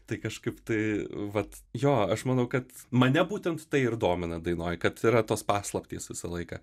tai kažkaip tai vat jo aš manau kad mane būtent tai ir domina dainoj kad yra tos paslaptys visą laiką